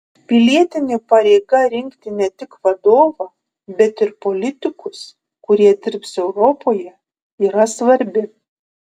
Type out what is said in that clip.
pilietinė pareiga rinkti ne tik vadovą bet ir politikus kurie dirbs europoje yra svarbi